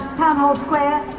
hall hall square.